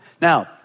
Now